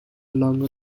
longer